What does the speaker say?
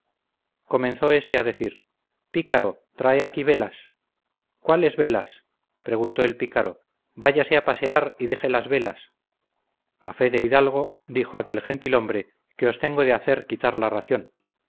comenzó este a decir pícaro trae aquí velas cuáles velas preguntó el pícaro váyase a pasear y deje las velas a fe de hidalgo dijo aquel gentil-hombre que os tengo de hacer quitar la ración